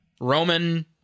Roman